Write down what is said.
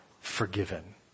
Forgiven